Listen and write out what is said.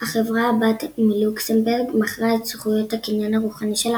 החברה־הבת מלוקסמבורג מכרה את זכויות הקניין הרוחני שלה